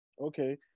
okay